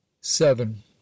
seven